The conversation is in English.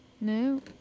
No